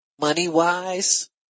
money-wise